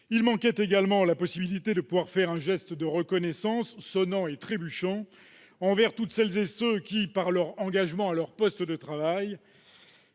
Il manquait également la possibilité de faire un geste de reconnaissance sonnant et trébuchant envers toutes celles et tous ceux qui, par leur engagement à leur poste de travail